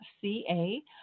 ca